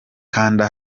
kanda